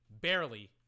Barely